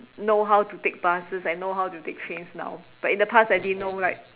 know how to take buses I know how to take trains now but in the past I didn't know like